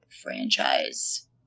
franchise